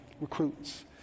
recruits